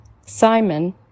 Simon